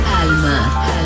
Alma